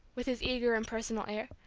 with his eager, impersonal air,